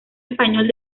español